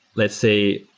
let's say,